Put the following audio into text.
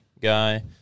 guy